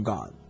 God